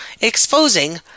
exposing